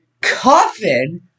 Coffin